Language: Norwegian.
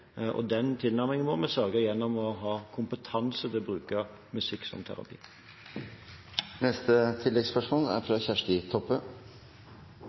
og den tilnærmingen må vi sørge for gjennom å ha kompetanse til å bruke musikk som terapi.